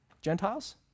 Gentiles